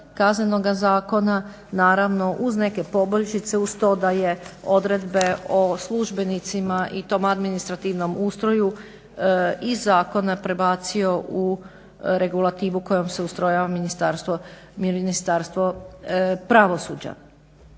Kaznenoga zakona, naravno uz neke poboljšice uz to da je odredbe o službenicima i tom administrativnom ustroju iz zakona prebacio u regulativu kojom se ustrojava Ministarstvo pravosuđa.